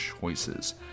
choices